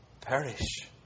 perish